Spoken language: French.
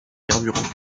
carburant